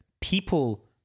people